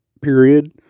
period